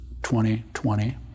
2020